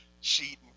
sheet